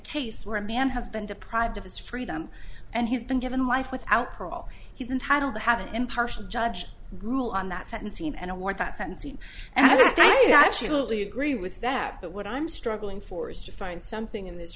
case where a man has been deprived of his freedom and he's been given life without parole he's entitled to have an impartial judge rule on that sentencing and award that sentencing and i try to actually agree with that but what i'm struggling for is to find something in this